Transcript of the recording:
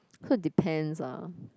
so it depends ah